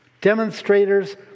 Demonstrators